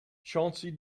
chauncey